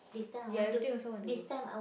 you everything also want to go